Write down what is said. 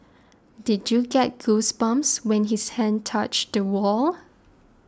did you get goosebumps when his hand touched the wall